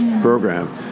program